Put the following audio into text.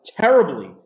terribly